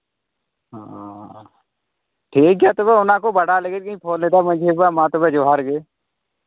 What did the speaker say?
ᱦᱮᱸ ᱴᱷᱤᱠ ᱜᱮᱭᱟ ᱛᱚᱵᱮ ᱚᱱᱟ ᱠᱚ ᱵᱟᱰᱟᱭ ᱞᱟᱹᱜᱤᱫ ᱤᱧ ᱯᱷᱳᱱ ᱞᱮᱫᱟ ᱢᱟᱹᱡᱷᱤ ᱵᱟᱵᱟ ᱢᱟ ᱛᱚᱵᱮ ᱡᱚᱦᱟᱨ ᱜᱮ